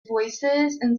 voicesand